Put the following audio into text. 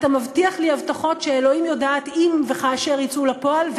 אתה מבטיח לי הבטחות שאלוהים יודעת אם וכאשר יצאו לפועל,